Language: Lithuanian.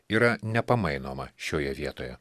yra nepamainoma šioje vietoje